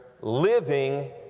living